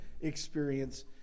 experience